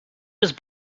was